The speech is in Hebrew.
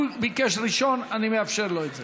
הוא ביקש ראשון, אני מאפשר לו את זה.